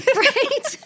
right